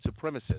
supremacist